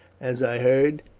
as i heard.